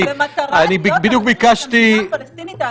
אני קורא לך לסדר בפעם הראשונה.